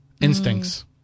instincts